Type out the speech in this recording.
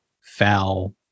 foul